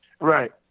Right